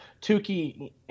Tukey